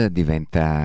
diventa